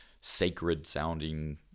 sacred-sounding